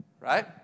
Right